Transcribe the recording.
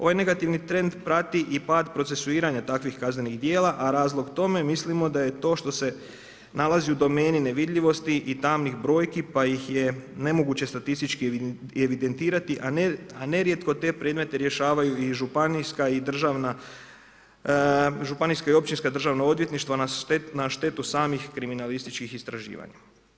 Ovaj negativni trend prati i pad procesuiranja takvih kaznenih dijela, a razlog tome mislim da je to što se nalazi u domeni nevidljivosti i tamnih brojki pa ih je nemoguće statistički evidentirati, a nerijetko te predmete rješavaju i županijska i općinska državna odvjetništva, na štetu samih kriminalističkih istraživanja.